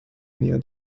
near